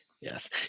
Yes